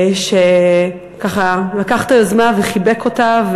שלקח את היוזמה וחיבק אותה,